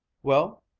well,